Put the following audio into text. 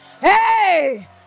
Hey